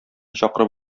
чакырып